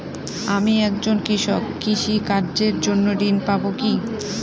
আমি একজন কৃষক কৃষি কার্যের জন্য ঋণ পাব কি?